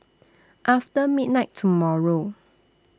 after midnight tomorrow